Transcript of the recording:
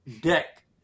deck